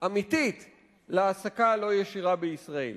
אמיתית להעסקה לא ישירה בישראל.